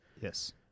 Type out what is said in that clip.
Yes